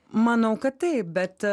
manau kad taip bet